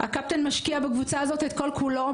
הקפטן משקיע בקבוצה הזאת את כל כולו,